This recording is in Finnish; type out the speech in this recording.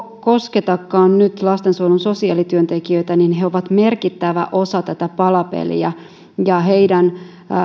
kosketakaan nyt lastensuojelun sosiaalityöntekijöitä että he ovat merkittävä osa tätä palapeliä ja heidän